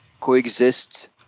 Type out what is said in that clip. coexist